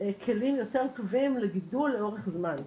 כלים יותר טובים לגידול לאורך זמן.